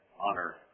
honor